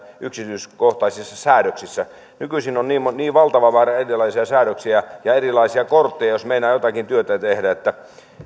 yksityiskohtaisissa säädöksissä nykyisin on niin valtava määrä erilaisia säädöksiä ja ja erilaisia kortteja jos meinaa jotakin työtä tehdä että